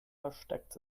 versteckt